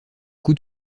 coup